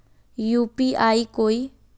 UPI कोई